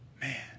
man